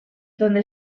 donde